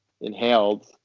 inhaled